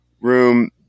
room